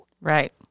Right